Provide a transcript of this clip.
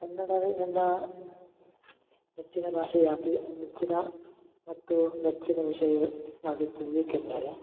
ಕನ್ನಡವೇ ನನ್ನ ನೆಚ್ಚಿನ ಭಾಷೆ ಯಾಕೆ ನೆಚ್ಚಿನ ಮತ್ತು ಮೆಚ್ಚಿನ ವಿಷಯವಾಗಿತ್ತು ಏಕೆಂದರೆ